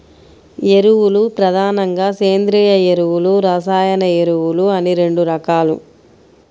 ఎరువులు ప్రధానంగా సేంద్రీయ ఎరువులు, రసాయన ఎరువులు అని రెండు రకాలు